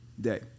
day